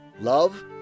love